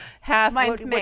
half